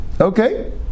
Okay